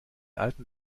alten